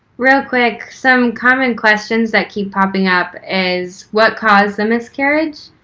real quick, some common questions that keep popping up is what caused the miscarriage?